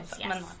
yes